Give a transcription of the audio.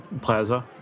Plaza